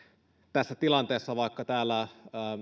tässä tilanteessa vaikka täällä